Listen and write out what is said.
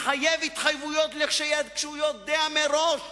הוא התחייב התחייבויות כשהוא יודע מראש